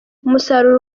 umusaruro